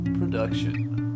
Production